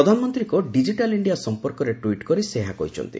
ପ୍ରଧାନମନ୍ତ୍ରୀଙ୍କ digital India ସଂପର୍କରେ tweet କରି ସେ ଏହା କହିଛନ୍ତି